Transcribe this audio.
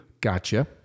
gotcha